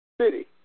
city